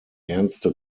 ernste